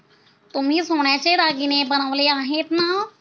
तुम्ही सोन्याचे दागिने बनवले आहेत ना?